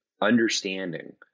Understanding